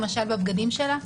למשל בבגדים שלה.